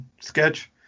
sketch